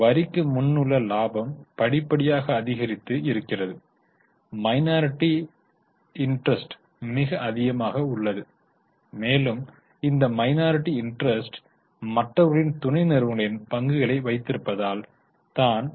வரிக்கு முன்னுள்ள இலாபம் படிப்படியாக அதிகரித்து இருக்கிறது மைனாரிட்டி இன்டெரெஸ்ட் மிக அதிகமாக உள்ளது மேலும் இந்த மைனாரிட்டி இன்டெரெஸ்ட் மற்றவர்களின் துணை நிறுவனங்களின் பங்குகளை வைத்திருப்பதால் தான்